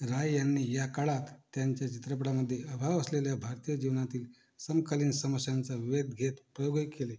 राय यांनी या काळात त्यांच्या चित्रपटांमध्ये अभाव असलेल्या भारतीय जीवनातील समकालीन समस्यांचा वेध घेत प्रयोगही केलेत